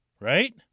Right